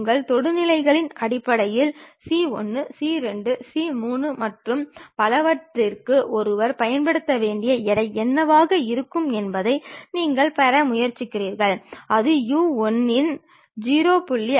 உங்கள் தொடுகோடுகளின் அடிப்படையில் C 1 C 2 C 3 மற்றும் பலவற்றிற்கு ஒருவர் பயன்படுத்த வேண்டிய எடை என்னவாக இருக்கும் என்பதை நீங்கள் பெற முயற்சிக்கிறீர்கள் அது u 1 இன் 0